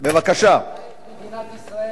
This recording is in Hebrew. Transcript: מדינת ישראל,